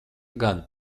gan